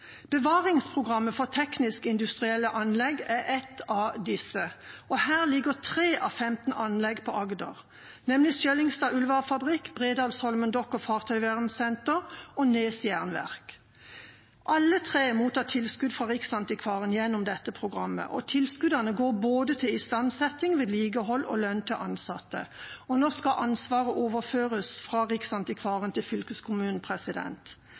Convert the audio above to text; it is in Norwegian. Bevaringsprogrammet for teknisk-industrielle anlegg er et av disse. Her ligger 3 av 15 anlegg på Agder, nemlig Sjølingstad Uldvarefabrik, Bredalsholmen Dokk og Fartøyvernsenter og Næs Jernverk. Alle tre mottar tilskudd fra Riksantikvaren gjennom dette programmet. Tilskuddene går til både istandsetting, vedlikehold og lønn til ansatte. Nå skal ansvaret overføres fra Riksantikvaren til fylkeskommunen.